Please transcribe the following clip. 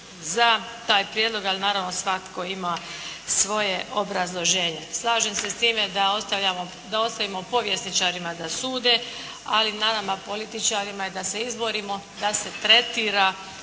za taj prijedlog, ali naravno svatko ima svoje obrazloženja. Slažem se sa time da ostavimo povjesničarima da sude, ali na nama političarima je da se izborimo da se tretira